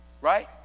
right